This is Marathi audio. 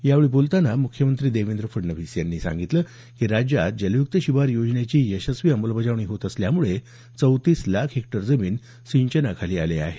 यावेळी बोलतांना मुख्यमुत्री देवेंद्र फडणवीस यांनी सांगितलं की राज्यात जलयुक्त शिवार योजनेची यशस्वी अंमलबजावणी होत असल्यामुळे चौतीस लाख हेक्टर जमीन सिंचनाखाली आली आहे